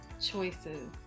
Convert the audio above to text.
choices